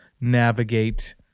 navigate